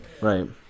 right